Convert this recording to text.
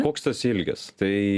koks tas ilgis tai